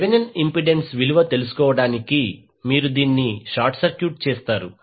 Thevenin impedance విలువ తెలుసుకోవడానికి మీరు దీన్ని షార్ట్ సర్క్యూట్ చేస్తారు